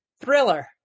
Thriller